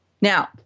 Now